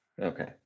Okay